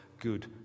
Good